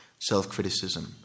self-criticism